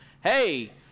hey